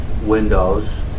windows